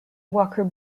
walker